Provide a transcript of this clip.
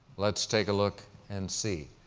let's take a look and see.